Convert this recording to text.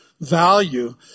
value